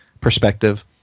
perspective